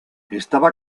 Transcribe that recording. estaba